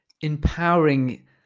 empowering